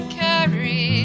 carry